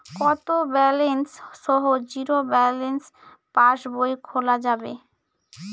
কত ব্যালেন্স সহ zero balance পাসবই খোলা যাবে?